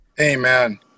Amen